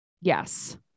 Yes